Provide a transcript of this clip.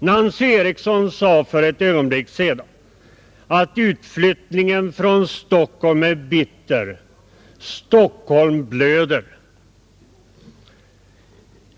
Nancy Eriksson sade för ett ögonblick sedan att utflyttningen från Stockholm är bitter — Stockholm blöder.